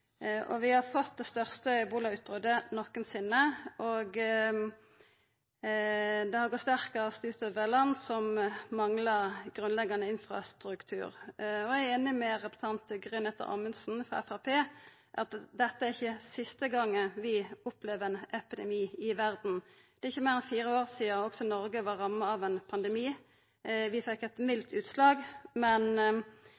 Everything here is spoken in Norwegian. Vi har fått det største ebolautbrotet nokon gong, og det har gått sterkast ut over land som manglar grunnleggjande infrastruktur. Eg er einig med representanten Gry-Anette Rekanes Amundsen frå Framstegspartiet i at dette ikkje er siste gongen vi vil oppleve ein epidemi i verda. Det er ikkje meir enn fire år sidan også Noreg var ramma av ein pandemi. Vi fekk eit